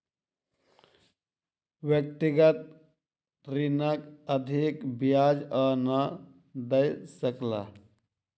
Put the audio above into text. व्यक्तिगत ऋणक अधिक ब्याज ओ नै दय सकला